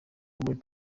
muri